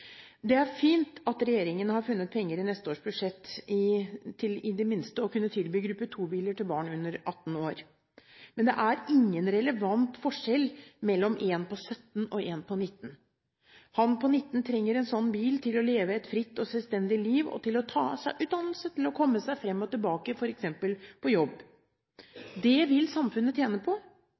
Det er fint at regjeringen har funnet penger i neste års budsjett til i det minste å kunne tilby gruppe 2-biler til barn under 18 år, men det er ingen relevant forskjell mellom en på 17 år og en på 19 år. Han på 19 år trenger en sånn bil for å kunne leve et fritt og selvstendig liv, ta seg utdannelse og komme seg fram til og tilbake fra f.eks. jobb. Det vil samfunnet tjene på,